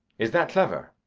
is that clever?